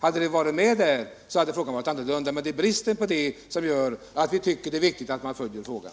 Hade detta funnits med, skulle frågan ha tegat annorlunda till, men bristen på denna punkt gör att vi tycker att det är viktigt att man följer frågan.